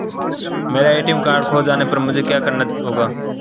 मेरा ATM card खो जाने पर मुझे क्या करना होगा?